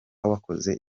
wakoze